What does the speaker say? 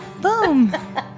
Boom